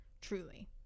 truly